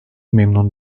memnun